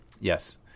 Yes